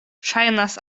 ŝajnas